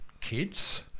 kids